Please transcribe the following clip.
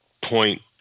point